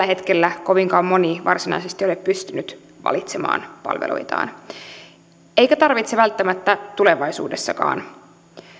tällä hetkellä kovinkaan moni varsinaisesti ole pystynyt valitsemaan palveluitaan eikä tarvitse välttämättä tulevaisuudessakaan